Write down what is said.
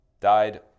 died